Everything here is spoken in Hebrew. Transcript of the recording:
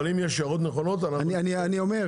אבל אם יש הערות נכונות אנחנו נתייחס אליהן,